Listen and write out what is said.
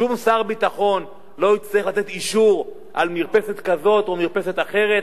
שום שר ביטחון לא יצטרך לתת אישור על מרפסת כזאת או מרפסת אחרת,